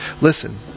Listen